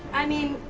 i mean,